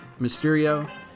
Mysterio